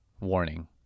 warning